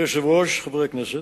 אדוני היושב-ראש, חברי הכנסת,